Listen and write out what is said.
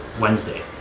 Wednesday